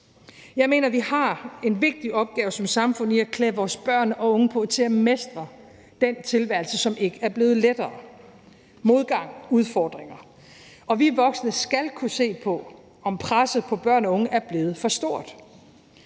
Jeg mener, vi har en vigtig opgave som samfund i at klæde vores børn og unge på til at mestre den tilværelse, som ikke er blevet lettere; der er modgang og udfordringer. Vi voksne skal kunne se på, om presset på børn og unge er blevet for stort.